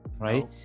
right